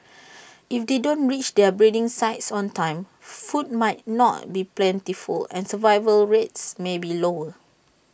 if they don't reach their breeding sites on time food might not be plentiful and survival rates may be lower